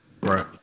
right